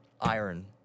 iron